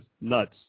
nuts